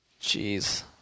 Jeez